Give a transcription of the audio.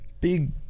big